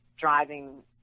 driving